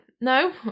no